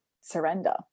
surrender